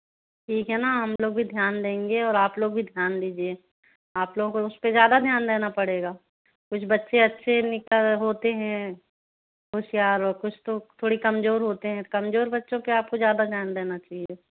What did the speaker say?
ठीक है ना हम लोग भी ध्यान देंगे और आप लोग भी ध्यान दीजिए आप लोगों को उस पे ज़्यादा ध्यान देना पड़ेगा कुछ बच्चे अच्छे निकल होते हैं होशियार और कुछ तो थोड़ी कमज़ोर होते है तो कमज़ोर बच्चों पे आपको ज़्यादा ध्यान देना चाहिए